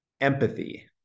empathy